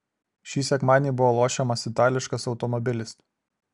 šį sekmadienį buvo lošiamas itališkas automobilis